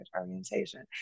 orientation